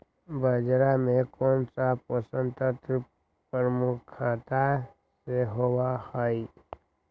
बाजरा में कौन सा पोषक तत्व प्रमुखता से होबा हई?